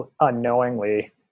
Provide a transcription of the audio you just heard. unknowingly